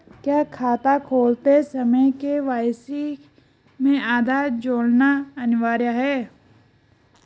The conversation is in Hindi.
क्या खाता खोलते समय के.वाई.सी में आधार जोड़ना अनिवार्य है?